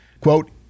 quote